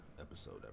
episode